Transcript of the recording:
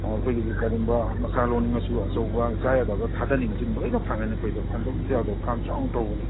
ꯑꯥ ꯑꯩꯈꯣꯏꯒꯤ ꯀꯔꯤꯒꯨꯝꯕ ꯃꯆꯥ ꯂꯧꯅꯤꯡꯉꯁꯨ ꯑꯆꯧꯕ ꯆꯥ ꯌꯥꯗꯕ ꯊꯥꯗꯅꯤꯡꯉꯁꯨ ꯂꯣꯏꯅ ꯐꯪꯒꯅꯤ ꯑꯩꯈꯣꯏ ꯁꯤꯗ ꯐꯪꯗꯕ ꯑꯃꯇ ꯌꯥꯎꯗꯦ ꯐ꯭ꯔꯥꯝ ꯆꯥꯎ ꯇꯧꯕꯅꯤ